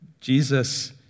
Jesus